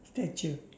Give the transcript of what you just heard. statue